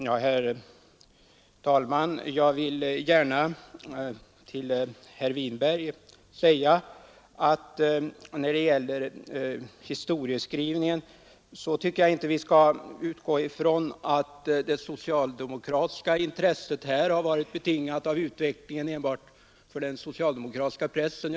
Herr talman! Jag vill till herr Winberg gärna säga att jag när det gäller historieskrivningen inte tycker att vi skall utgå från att det socialdemokratiska intresset varit betingat av utvecklingen enbart för den socialdemokratiska pressen.